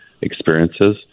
experiences